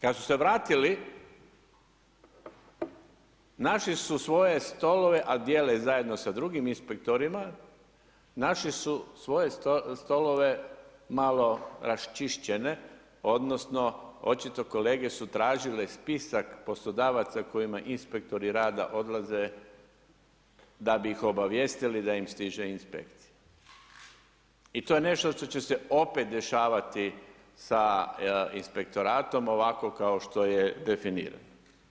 Kad su se vratili, našli svoje stolove, a dijele zajedno s drugim inspektorima, našli su svoje stolove malo raščišćene odnosno očito kolege su tražile spisak poslodavaca kojima inspektori rada odlaze da bi ih obavijestili da im stiže inspekcija i to j nešto što će se opet dešavati sa inspektoratom, ovako kao što je definirano.